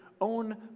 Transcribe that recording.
own